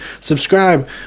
subscribe